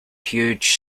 huge